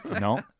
No